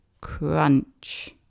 crunch